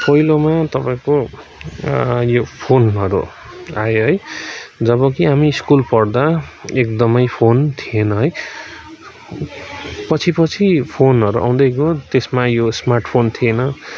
पहिलोमा तपाईँको यो फोनहरू आयो है जब कि हामी स्कुल पढ्दा एकदमै फोन थिएन है पछि पछि फोनहरू आउँदै गयो त्यसमा यो स्मार्ट फोन थिएन